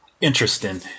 interesting